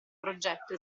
progetto